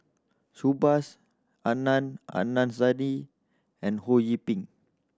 Subhas Adnan Saidi and Ho Yee Ping